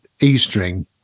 e-string